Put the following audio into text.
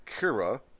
Kira